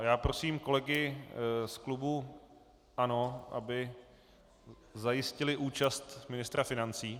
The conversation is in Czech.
Já prosím kolegy z klubu ANO, aby zajistili účast ministra financí.